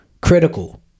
Critical